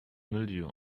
mildew